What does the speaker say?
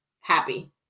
happy